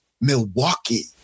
Milwaukee